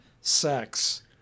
sex